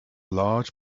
large